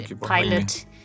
pilot